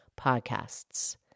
podcasts